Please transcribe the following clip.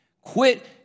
Quit